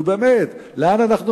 נו, באמת, לאן אנחנו מגיעים?